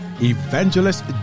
Evangelist